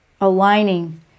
aligning